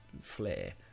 flair